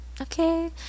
Okay